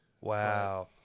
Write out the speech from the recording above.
Wow